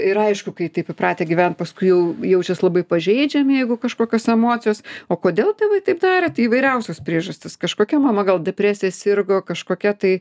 ir aišku kai taip įpratę gyvent paskui jau jaučias labai pažeidžiami jeigu kažkokios emocijos o kodėl tėvai taip darė tai įvairiausios priežastys kažkokia mama gal depresija sirgo kažkokia tai